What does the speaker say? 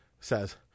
says